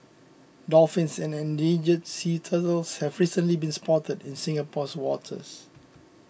dolphins and endangered sea turtles have recently been spotted in Singapore's waters